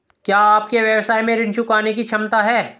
क्या आपके व्यवसाय में ऋण चुकाने की क्षमता है?